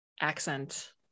accent